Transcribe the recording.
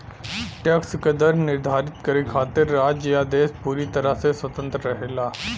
tax क दर निर्धारित करे खातिर राज्य या देश पूरी तरह से स्वतंत्र रहेला